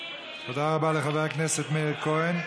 תודה רבה לחבר הכנסת מאיר כהן.